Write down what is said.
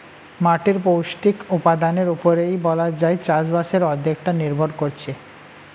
মাটির পৌষ্টিক উপাদানের উপরেই বলা যায় চাষবাসের অর্ধেকটা নির্ভর করছে